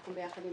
אנחנו ביחד עם